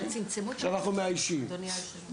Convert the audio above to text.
עכשיו אנחנו מאיישים.